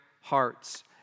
hearts